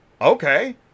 okay